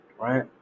right